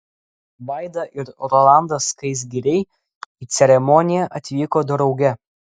vaida ir rolandas skaisgiriai į ceremoniją atvyko drauge